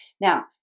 Now